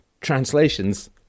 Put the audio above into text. translations